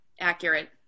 Accurate